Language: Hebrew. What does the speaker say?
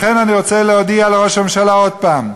לכן אני רוצה להודיע לראש הממשלה עוד פעם,